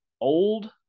old